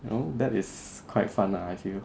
you know that is quite fun lah I feel